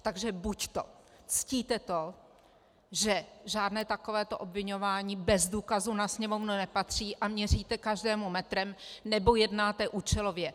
Takže buďto ctíte to, že žádné takovéto obviňování bez důkazů na Sněmovnu nepatří, a měříte každému metrem, nebo jednáte účelově.